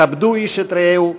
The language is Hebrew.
כבדו איש את רעהו,